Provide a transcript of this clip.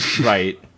Right